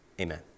Amen